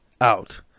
out